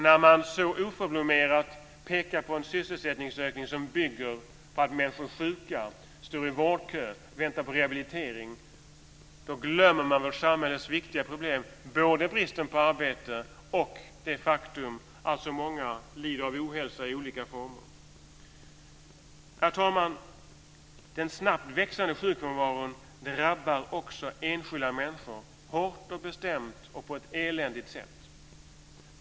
När man så oförblommerat pekar på en sysselsättningsökning som bygger på att människor är sjuka, står i vårdkö, väntar på rehabilitering glömmer man samhällets viktiga problem, både bristen på arbete och det faktum att så många lider av ohälsa i olika former. Herr talman! Den snabbt växande sjukfrånvaron drabbar också enskilda människor hårt och bestämt och på ett eländigt sätt.